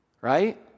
right